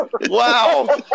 Wow